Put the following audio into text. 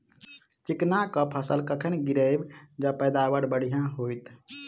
चिकना कऽ फसल कखन गिरैब जँ पैदावार बढ़िया होइत?